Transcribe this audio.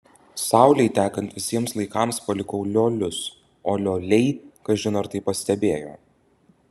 saulei tekant visiems laikams palikau liolius o lioliai kažin ar tai pastebėjo